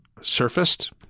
surfaced